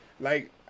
like-